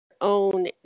own